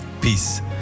peace